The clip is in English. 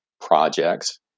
projects